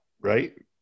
right